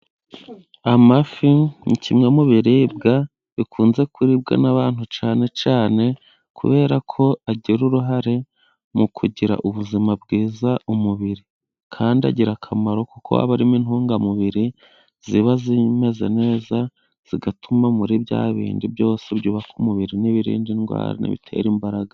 Amafi ni kimwe mu biribwa bikunze kuribwa n'abantu cyane cyane kubera ko agira uruhare mu kugira ubuzima bwiza umubiri, kandi agira akamaro kuko habamo intungamubiri ziba zimeze neza, zigatuma muri bya bindi byose byubaka umubiri n'ibirinda indwara bitera imbaraga.